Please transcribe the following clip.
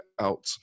out